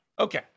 Okay